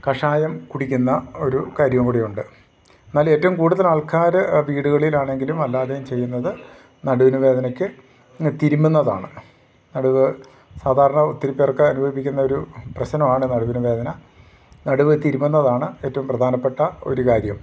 കഷായം കുടിക്കുന്ന ഒരു കാര്യം കൂടി ഉണ്ട് എന്നാൽ ഏറ്റവും കൂടുതൽ ആൾക്കാർ വീടുകളിലാണെങ്കിലും അല്ലാതെയും ചെയ്യുന്നത് നടുവിന് വേദനയ്ക്ക് തിരുമ്മുന്നതാണ് നടുവ് സാധാരണ ഒത്തിരി പേർക്ക് അനുഭവിക്കുന്ന ഒരു പ്രശ്നമാണ് നടുവിനു വേദന നടുവ് തിരുമ്മുന്നതാണ് ഏറ്റവും പ്രധാനപ്പെട്ട ഒരു കാര്യം